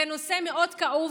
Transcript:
זה נושא מאוד כאוב.